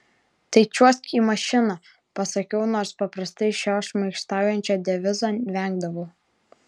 tai čiuožk į mašiną pasakiau nors paprastai šio šmaikštaujančio devizo vengdavau